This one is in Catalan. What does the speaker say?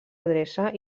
adreça